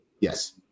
Yes